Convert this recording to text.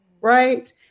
right